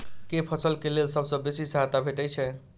केँ फसल केँ लेल सबसँ बेसी सहायता भेटय छै?